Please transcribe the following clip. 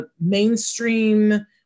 mainstream